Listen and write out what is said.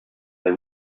they